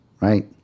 right